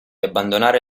abbandonare